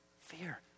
Fear